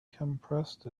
compressed